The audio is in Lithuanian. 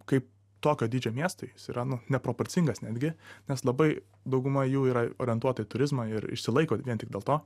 kaip tokio dydžio miestui jis yra nu neproporcingas netgi nes labai dauguma jų yra orientuota į turizmą ir išsilaiko vien tik dėl to